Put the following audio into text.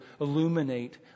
illuminate